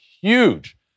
huge